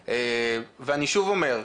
אני שוב אומר,